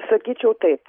sakyčiau taip